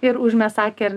ir užmes akį ar